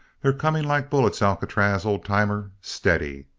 they're coming like bullets, alcatraz, old timer! steady!